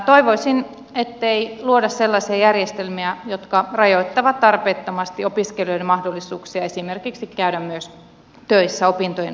toivoisin ettei luoda sellaisia järjestelmiä jotka rajoittavat tarpeettomasti opiskelijoiden mahdollisuuksia esimerkiksi käydä myös töissä opintojen ohella